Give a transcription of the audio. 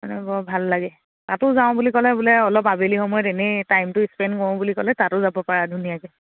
মানে বৰ ভাল লাগে তাতো যাওঁ বুলি ক'লে বোলে অলপ আবেলি সময়ত এনেই টাইমটো স্পেণ্ড কৰোঁ বুলি ক'লে তাতো যাব পাৰা ধুনীয়াকৈ